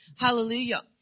Hallelujah